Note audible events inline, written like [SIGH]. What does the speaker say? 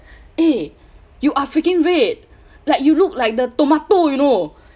[BREATH] eh you are freaking red like you look like the tomato you know